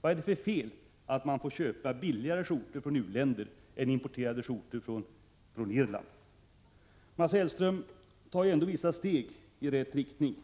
Vad är det för fel på att man skall få köpa billigare skjortor från u-länder än importerade skjortor från Irland? Mats Hellström tar ändå vissa steg åt mitt håll.